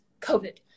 COVID